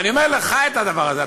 אני אומר לך את הדבר הזה.